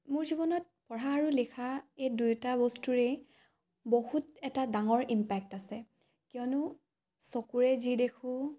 মোৰ জীৱনত পঢ়া আৰু লিখা এই দুয়োটা বস্তুৰে বহুত এটা ডাঙৰ ইমপেক্ট আছে কিয়নো চকুৰে যি দেখোঁ